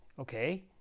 Okay